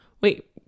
Wait